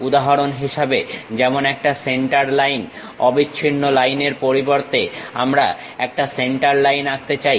উদাহরণ হিসেবে যেমন একটা সেন্টার লাইন অবিচ্ছিন্ন লাইনের পরিবর্তে আমরা একটা সেন্টার লাইন আঁকতে চাই